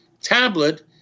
tablet